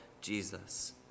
Jesus